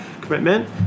commitment